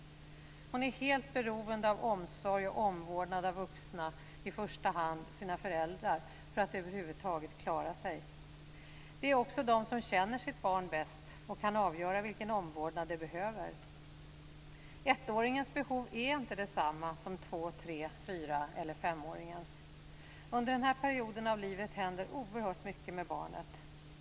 Hon är helt beroende av omsorg och omvårdnad av vuxna, i första hand sina föräldrar, för att över huvud taget klara sig. Det är också de som känner sitt barn bäst och kan avgöra vilken omvårdnad det behöver. 1-åringens behov är inte desamma som 2-, 3-, 4 eller 5-åringens. Under den här perioden av livet händer oerhört mycket med barnet.